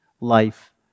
life